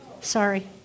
Sorry